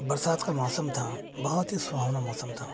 बरसात का मौसम था बहुत ही सुहावना मौसम था